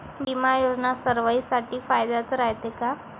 बिमा योजना सर्वाईसाठी फायद्याचं रायते का?